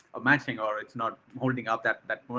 imagining or it's not holding up that